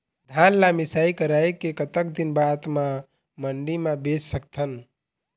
धान ला मिसाई कराए के कतक दिन बाद मा मंडी मा बेच सकथन?